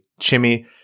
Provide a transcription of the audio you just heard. Chimmy